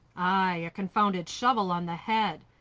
aye. a confounded shovel on the head.